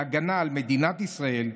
להגנה על מדינת ישראל,